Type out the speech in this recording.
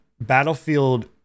Battlefield